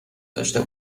داشته